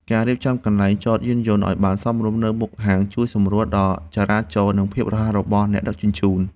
ការរៀបចំកន្លែងចតយានយន្តឱ្យបានសមរម្យនៅមុខហាងជួយសម្រួលដល់ចរាចរណ៍ និងភាពរហ័សរបស់អ្នកដឹកជញ្ជូន។